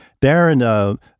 Darren